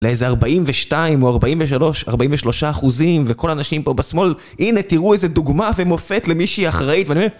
לאיזה ארבעים ושתיים, או ארבעים ושלוש, ארבעים ושלושה אחוזים, וכל האנשים פה בשמאל הנה תראו איזה דוגמה, ומופת למישהי אחראית ואני אומר.